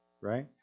Right